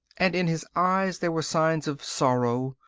and in his eyes there were signs of sorrow,